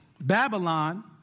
Babylon